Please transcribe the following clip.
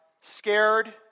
scared